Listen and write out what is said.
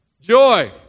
Joy